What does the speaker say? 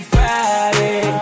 Friday